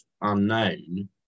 unknown